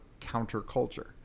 counterculture